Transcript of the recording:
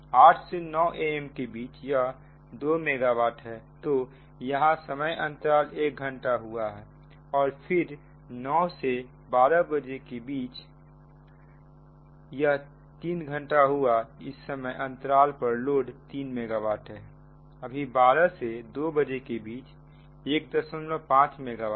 800 से 900 am के बीच 2 मेगा वाट है तो यहां समय अंतराल एक घंटा हुआ और फिर 900 am से 1200 pm के बीच 3 घंटा हुआ इस समय अंतराल पर लोड 3 मेगा वाट है अभी 1200 pm से 200 pm के बीच 15 मेगा वाट